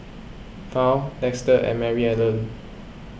Fount Dexter and Maryellen